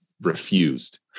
refused